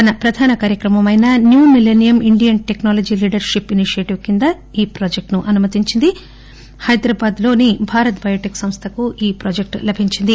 తన ప్రధాన కార్యక్రమమైన new millennium Indian technology leadership initiative కింద ఈ ప్రాజెక్టును అనుమతించింది హైదరాబాద్ లోని భారత్ బయోటెక్ సంస్థకు ఈ ప్రాజెక్ట్ లభించింది